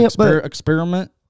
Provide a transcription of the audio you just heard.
experiment